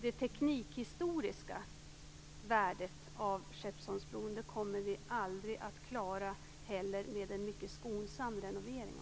Det teknikhistoriska värdet av Skeppsholmsbron kommer vi inte heller att klara med en mycket skonsam renovering.